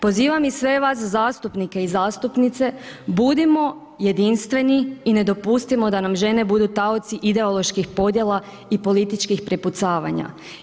Pozivam sve vas i zastupnike i zastupnice, budimo jedinstveni i ne dopustimo da nam žene budu taoci ideoloških podjela i političkih prepucavanja.